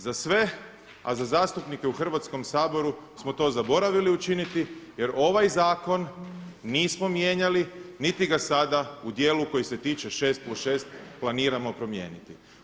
Za sve, a za zastupnike u Hrvatskom saboru smo to zaboravili učiniti jer ovaj zakon nismo mijenjali niti ga sada u dijelu koji se tiče 6+6 planiramo promijeniti.